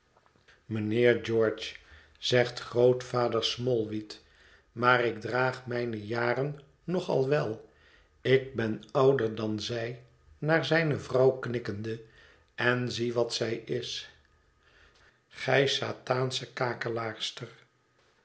mijnheer george zegt grootvader smallweed maar ik draag mijne jaren nog al wel ik ben ouder dan zij naar zijne vrouw knikkende en zie wat zij is gij satansche kakelaar